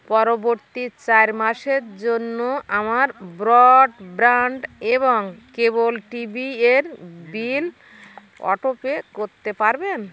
পরবর্তী চার মাসের জন্য আমার ব্রডব্যান্ড এবং কেবল টিভি এর বিল অটোপে করতে পারবেন